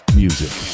music